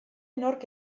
nork